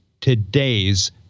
today's